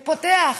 הוא פותח,